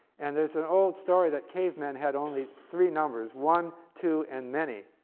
and there's an old story that cavemen had only three numbers one, two, and many.